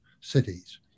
cities